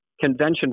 convention